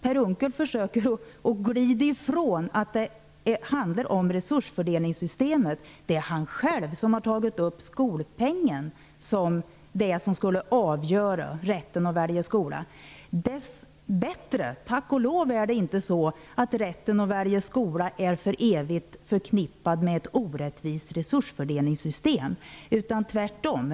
Per Unckel försöker att glida ifrån att det handlar om resursfördelningssystemet. Det är han själv som har tagit upp skolpengen, som är det som skall avgöra rätten att välja skola. Tack och lov är inte rätten att välja skola för evigt förknippad med ett orättvist resursfördelningssystem.